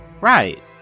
right